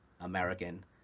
American